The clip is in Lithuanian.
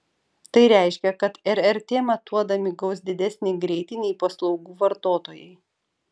tai reiškia kad rrt matuodami gaus didesnį greitį nei paslaugų vartotojai